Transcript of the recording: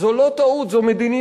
זו לא טעות, זו מדיניות.